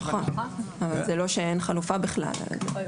נכון אבל זה לא שבכלל אין